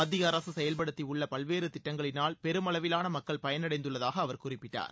மத்தியஅரசு செயல்படுத்தியுள்ள பல்வேறு திட்டங்களினால் பெருமளவிலான மக்கள் பயனடைந்துள்ளதாக அவர் குறிப்பிட்டார்